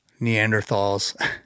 Neanderthals